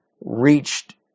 reached